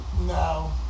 No